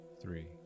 three